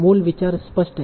मूल विचार स्पष्ट है